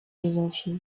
rubavu